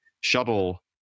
shuttle